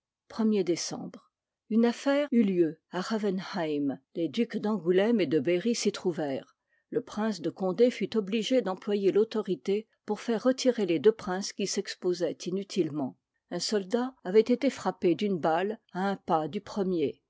cette rivière une i déc affaire eut lieu à ravenheim les ducs d angoulême et de berry s'y trouvèrent le prince de condé fut obligé d'employer l'autorité pour faire retirer les deux princes qui s'exposoient inutilement un soldat avoit été frappé d'une balle à un pas du premier